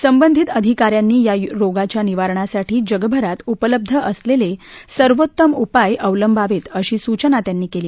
संबंधित अधिकाऱ्यांनी या रोगाच्या निवारणासाठी जगभरात उपलब्ध असल्विसिर्वोत्तम उपाय अवलंबावतीअशी सूचना त्यांनी कली